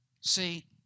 See